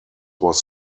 was